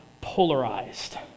polarized